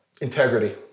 Integrity